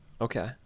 Okay